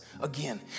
again